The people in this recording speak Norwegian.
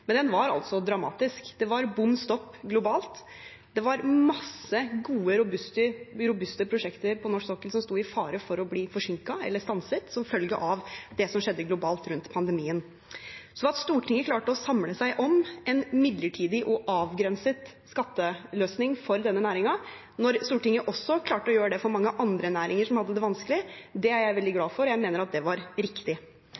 Men den var altså dramatisk. Det var bom stopp globalt. Det var masse gode, robuste prosjekter på norsk sokkel som sto i fare for å bli forsinket eller stanset som følge av det som skjedde globalt rundt pandemien. Så at Stortinget klarte å samle seg om en midlertidig og avgrenset skatteløsning for denne næringen, når Stortinget også klarte å gjøre det for mange andre næringer som hadde det vanskelig, det er jeg veldig